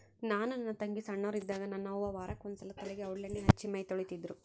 ನಾನು ನನ್ನ ತಂಗಿ ಸೊಣ್ಣೋರಿದ್ದಾಗ ನನ್ನ ಅವ್ವ ವಾರಕ್ಕೆ ಒಂದ್ಸಲ ತಲೆಗೆ ಔಡ್ಲಣ್ಣೆ ಹಚ್ಚಿ ಮೈತೊಳಿತಿದ್ರು